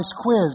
quiz